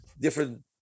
different